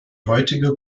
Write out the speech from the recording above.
heutige